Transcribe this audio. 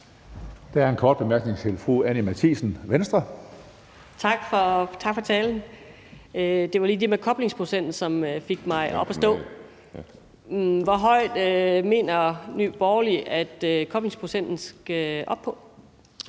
Der er en kort bemærkning til fru Anni Matthiesen, Venstre. Kl. 14:48 Anni Matthiesen (V): Tak for talen. Det var lige det med koblingsprocenten, som fik mig op at stå. Hvor højt mener Nye Borgerlige koblingsprocenten skal op?